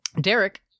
Derek